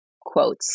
quotes